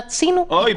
רצינו פיקוח --- אוי,